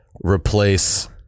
replace